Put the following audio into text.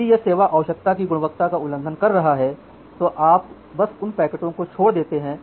यदि यह सेवा आवश्यकता की गुणवत्ता का उल्लंघन कर रहा है तो आप बस उन पैकेटों को छोड़ देते हैं